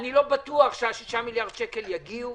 איני בטוח שהסכום הזה יגיע,